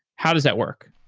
how does that work?